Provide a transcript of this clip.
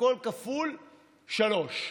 הכול כפול שלושה.